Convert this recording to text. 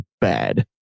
bad